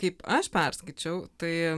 kaip aš perskaičiau tai